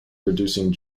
producing